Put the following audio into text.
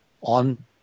on